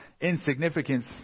insignificance